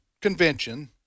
Convention